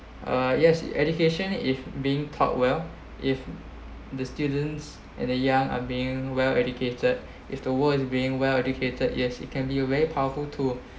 uh yes education if being taught well if the students and the young are being well educated if the world is being well educated yes it can be a very powerful tool